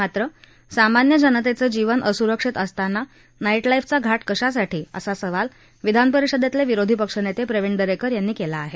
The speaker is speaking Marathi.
मात्र सामान्य जनेतेचं जीवन असुरक्षित असताना नाविलाऊचा घाट कशासाठी असा सवाल विधानपरिषदतले विरोधी पक्ष नेते प्रविण दरेकर यांनी केला आहे